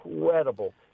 incredible